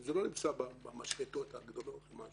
זה לא נמצא במשחתות הגדולות,